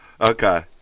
Okay